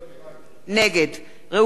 נגד ראובן ריבלין,